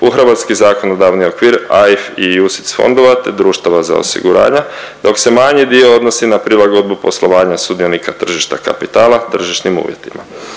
u hrvatski zakonodavni okvir AIF i UCTIS fondova te društava za osiguranja dok se manji dio odnosi na prilagodbu poslovanja sudionika tržišta kapitala tržišnim uvjetima.